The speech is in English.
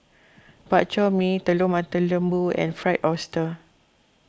Bak Chor Mee Telur Mata Lembu and Fried Oyster